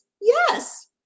yes